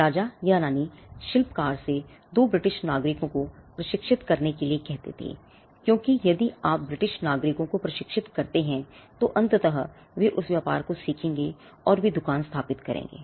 राजा या रानी शिल्पकार से 2 ब्रिटिश नागरिकों को प्रशिक्षित करने के लिए कहते थे क्योंकि यदि आप ब्रिटिश नागरिकों प्रशिक्षित करते हैं तो अंततः वे उस व्यापार को सीखेंगे और वे दुकान स्थापित करेंगे